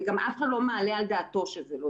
גם אף אחד לא מעלה על דעתו שזה לא